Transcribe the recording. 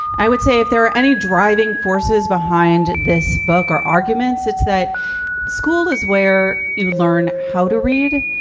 i would say if there are any driving forces behind this book or arguments, it's that school is where you learn how to read.